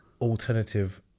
alternative